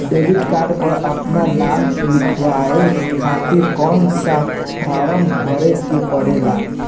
Debit card पर आपन नाम लिखाये खातिर कौन सा फारम भरे के पड़ेला?